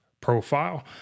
profile